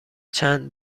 چند